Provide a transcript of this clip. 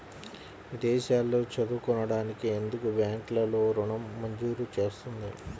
విదేశాల్లో చదువుకోవడానికి ఎందుకు బ్యాంక్లలో ఋణం మంజూరు చేస్తుంది?